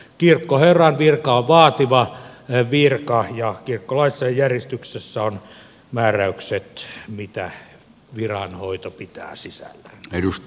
kirkkoherran virka on vaativa virka ja kirkkolaissa ja järjestyksessä on määräykset siitä mitä viranhoito pitää sisällään